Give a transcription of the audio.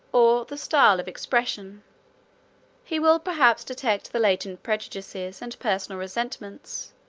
or the style of expression he will perhaps detect the latent prejudices, and personal resentments,